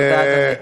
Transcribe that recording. תודה, אדוני.